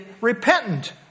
repentant